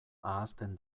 ahazten